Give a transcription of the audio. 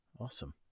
Awesome